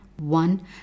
One